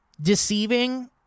deceiving